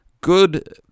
Good